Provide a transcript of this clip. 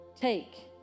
Take